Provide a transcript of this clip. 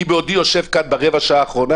בעודי יושב כאן ברבע השעה האחרונה